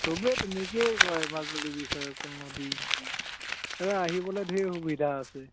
চবেই তেনেকৈয়ে কয় মাজুলীৰ বিষয়ে অকল নদী নদী নদী অঁ আহিবলৈ ঢেৰ সুবিধা আছে